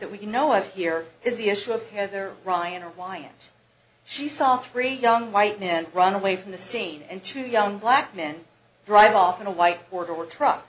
that we know of here is the issue of whether ryan or wyatt she saw three young white men run away from the scene and two young black men drive off in a white board or truck